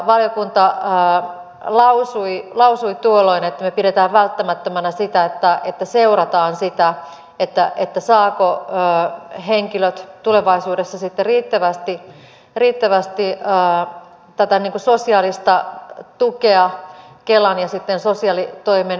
valiokunta lausui tuolloin että me pidämme välttämättömänä sitä että seurataan sitä saavatko henkilöt tulevaisuudessa sitten riittävästi tätä sosiaalista tukea kelan ja sosiaalitoimen yhteistyönä